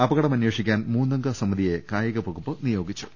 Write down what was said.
അപകടം അന്വേഷിക്കാൻ മൂന്നംഗ സമിതിയെ കായിക വകുപ്പ് നിയോഗിച്ചു